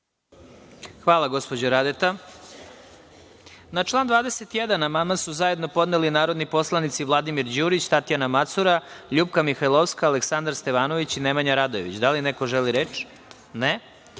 Hvala gospođo Radeta. Na član 21. amandman su zajedno podneli narodni poslanici Vladimir Đurić, Tatjana Macura, Ljupka Mihajlovska, Aleksandar Stevanović i Nemanja Radojević. Da li neko želi reč?